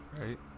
Right